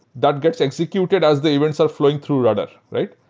that gets executed as the events are flowing to rudder, right?